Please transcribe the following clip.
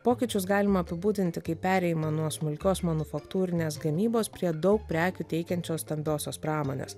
pokyčius galima apibūdinti kaip perėjimą nuo smulkios manufaktūrinės gamybos prie daug prekių teikiančios stambiosios pramonės